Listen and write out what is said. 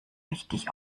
richtig